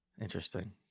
Interesting